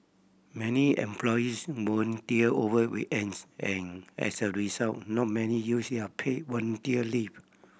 many employees volunteer over weekends and as a result not many use their paid volunteer leap